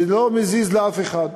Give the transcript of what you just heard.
וזה לא מזיז לאף אחד.